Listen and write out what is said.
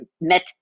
met